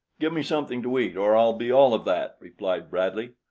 give me something to eat or i'll be all of that, replied bradley.